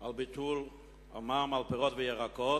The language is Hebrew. על ביטול המע"מ על פירות וירקות,